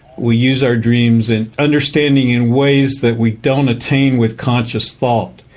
we use our dreams in understanding in ways that we don't attain with conscious thought.